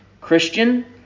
Christian